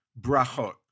Brachot